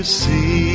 see